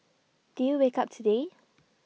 did you wake up today